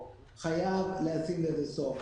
חייבים לשים לזה סוף.